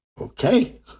okay